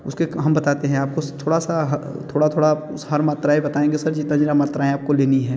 उसके हम बताते हैं आपको थोड़ा सा थोड़ा थोड़ा हर मात्राएँ बताएंगे सर जितना जितना मात्राएँ आपको लेनी है